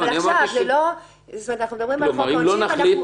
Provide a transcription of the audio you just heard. כלומר אם לא נחליט,